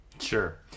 Sure